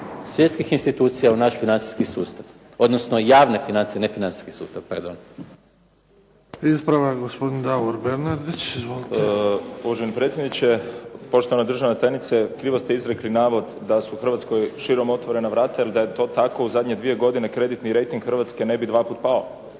svjetskih institucija u naš financijskih sustav, odnosno javne financije, a ne financijski sustav. Pardon. **Bebić, Luka (HDZ)** Ispravak gospodin Davor Bernardić. Izvolite. **Bernardić, Davor (SDP)** Poštovani predsjedniče, poštovana državna tajnice. Krivo ste izrekli navod da su Hrvatskoj širom otvorena vrata. Jel da je to tako kreditni rejting Hrvatske ne bi dva puta pao.